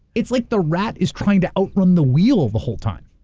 it's like the rat is trying to outrun the wheel the whole time.